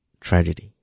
Tragedy